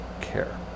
care